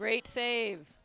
great save